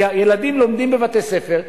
כי הילדים לומדים בבתי-ספר,